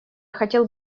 хотел